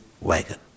wagon